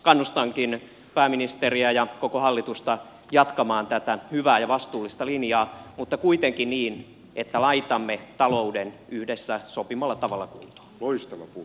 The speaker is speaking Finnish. kannustankin pääministeriä ja koko hallitusta jatkamaan tätä hyvää ja vastuullista linjaa mutta kuitenkin niin että laitamme talouden yhdessä sopimallamme tavalla kuntoon